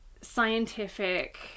scientific